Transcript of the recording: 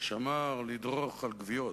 שאמר "לדרוך על גוויות".